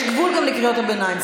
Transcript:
יש גבול לקריאות הביניים.